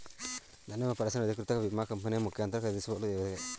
ನನ್ನ ವಿಮಾ ಪಾಲಿಸಿಯನ್ನು ಅಧಿಕೃತ ವಿಮಾ ಕಂಪನಿಯ ಮುಖಾಂತರ ಖರೀದಿಸುವುದು ಹೇಗೆ?